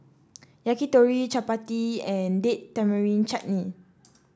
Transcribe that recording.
Yakitori Chapati and Date Tamarind Chutney